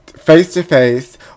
face-to-face